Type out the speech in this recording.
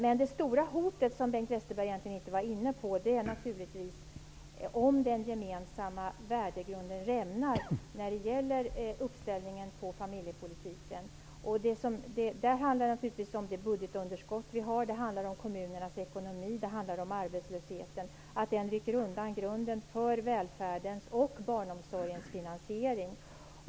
Men det stora hotet, som Bengt Westerberg egentligen inte gick in på, är naturligtvis om den gemensamma värdegrunden rämnar när det gäller uppställningen på familjepolitiken. Det handlar naturligtvis om att budgetunderskottet, kommunernas ekonomi och arbetslösheten rycker undan grunden för välfärdens och barnomsorgens finansiering.